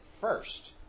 first